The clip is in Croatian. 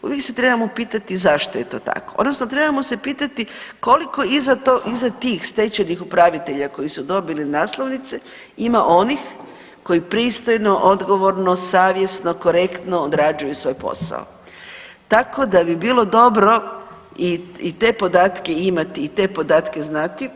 Uvijek se trebamo pitati zašto je to tako odnosno trebamo se pitati koliko iza tih stečajnih upravitelja koji su dobili naslovnice ima onih koji pristojno, odgovorno, savjesno, korektno odrađuju svoj posao, tako da bi bilo dobro i te podatke imati i te podatke znati.